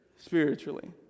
spiritually